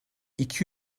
iki